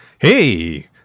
Hey